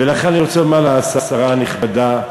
ולכן, אני רוצה לומר לשרה הנכבדה: